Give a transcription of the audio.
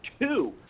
two